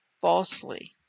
falsely